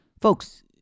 Folks